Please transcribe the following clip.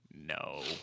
No